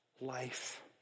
life